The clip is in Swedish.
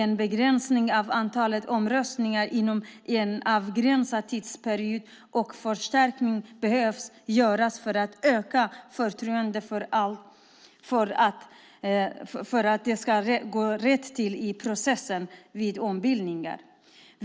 En begränsning av antalet omröstningar inom en avgränsad tidsperiod och förstärkningar behöver göras för att öka förtroendet för att allt går rätt till under processens gång vid ombildningar.